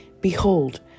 Behold